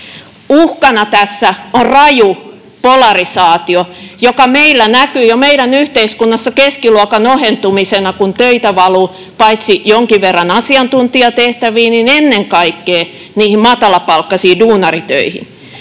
Uhkana tässä on raju polarisaatio, joka meidän yhteiskunnassa näkyy jo keskiluokan ohentumisena, kun töitä valuu paitsi jonkin verran asiantuntijatehtäviin myös ennen kaikkea niihin matalapalkkaisiin duunaritöihin.